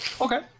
Okay